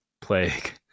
plague